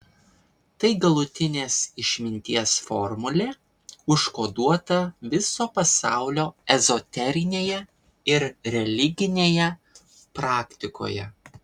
tai galutinės išminties formulė užkoduota viso pasaulio ezoterinėje ir religinėje praktikoje